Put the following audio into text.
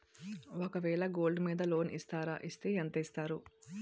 ఒక వేల గోల్డ్ మీద లోన్ ఇస్తారా? ఇస్తే ఎంత ఇస్తారు?